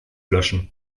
löschen